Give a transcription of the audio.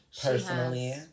personally